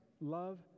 love